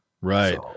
Right